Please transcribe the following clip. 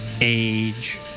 age